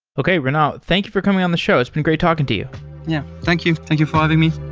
okay. renaud, thank you for coming on the show. it's been great talking to you yeah, thank you. thank you for having me.